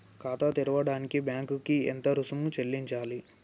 ఖాతా తెరవడానికి బ్యాంక్ కి ఎంత రుసుము చెల్లించాలి?